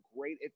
great